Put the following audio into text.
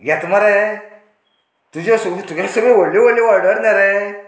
घेत मरे तुज्यो तुगे सगली व्हडली व्हडली ऑर्डर न्ही रे